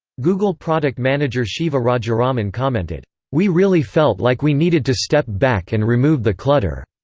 google product manager shiva rajaraman commented we really felt like we needed to step back and remove the clutter.